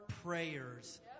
prayers